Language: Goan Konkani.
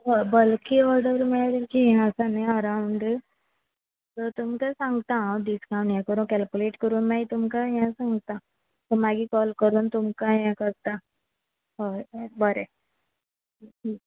हय बल्की ऑर्डर मेळ्ळे जाल्या तेंची हें आसा न्ही अरावंड सो तुमकां सांगता हांव डिस्कावंट हें करूं कॅलकुलेट करून मागीर तुमकां हें सांगता सो मागीर कॉल करून तुमकां हें करता हय हय बरें